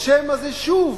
או שמא זה שוב